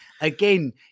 again